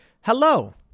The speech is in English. Hello